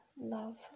love